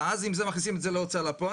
ועם זה מכניסים את זה להוצאה לפועל